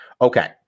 Okay